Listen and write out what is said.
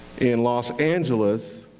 in los angeles,